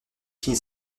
fini